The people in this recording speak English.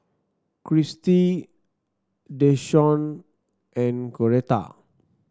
Christi Dashawn and Coretta